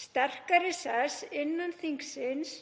sterkari sess innan þingsins